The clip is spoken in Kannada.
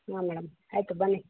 ಹ್ಞೂ ಮೇಡಮ್ ಆಯಿತು ಬನ್ನಿ